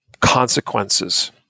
consequences